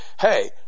hey